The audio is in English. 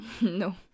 No